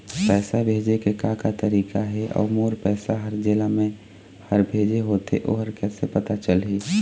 पैसा भेजे के का का तरीका हे अऊ मोर पैसा हर जेला मैं हर भेजे होथे ओ कैसे पता चलही?